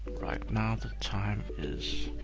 right now, the time is